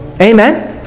Amen